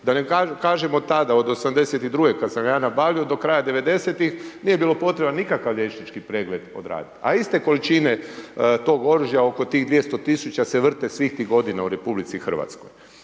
Da ne kažemo tada, od 82. kad sam ga ja nabavio do kraja devedesetih nije bio potreban nikakav liječnički pregled odraditi. A iste količine tog oružja oko tih 200 tisuća se vrste svih tih godina u RH. Dakle,